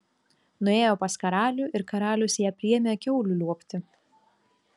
nuėjo pas karalių ir karalius ją priėmė kiaulių liuobti